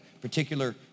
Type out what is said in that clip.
particular